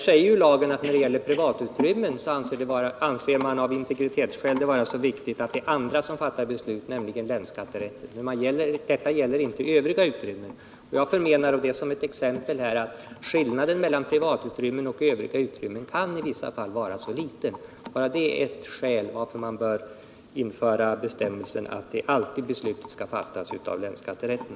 Lagen säger att när det gäller privatutrymmen är det av integritetsskäl viktigt att det är andra som fattar beslut, nämligen länsskatterätten. Detta gäller inte övriga utrymmen. Jag förmenar exempelvis att skillnaden mellan privatutrymmen och övriga utrymmen i vissa fall kan vara liten. Bara det är ett skäl till att man bör införa bestämmelsen att beslutet alltid skall fattas av länsskatterätten.